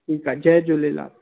ठीकु आहे जय झूलेलाल